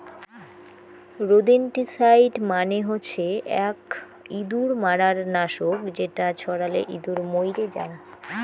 rodenticide মানে হসে আক ইঁদুর মারার নাশক যেটা ছড়ালে ইঁদুর মইরে জাং